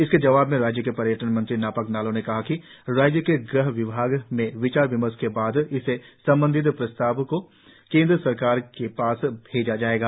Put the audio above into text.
इसके जवाब में राज्य के पर्यटन मंत्री नाकाप नालों ने कहा कि राज्य के गृह विभाग में विचार विमर्श के बाद इससे संबंधित प्रस्ताव को केंद्र सरकार के पास भेजा जाएगा